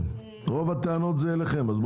רוב הטענות אליכן.